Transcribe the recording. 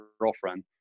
girlfriend